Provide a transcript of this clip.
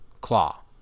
Claw